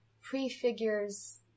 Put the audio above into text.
prefigures